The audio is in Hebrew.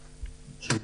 בבקשה.